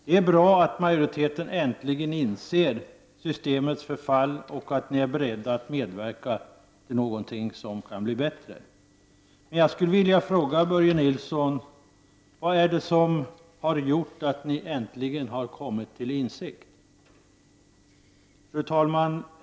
Det är bra att majoriteten äntligen inser systemets förfall och att ni är beredda att medverka till någonting som kan bli bättre. Jag vill fråga Börje Nilsson: Vad är det som gjort att ni äntligen kommit till insikt? Fru talman!